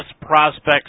prospects